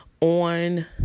on